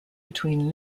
between